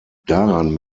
daran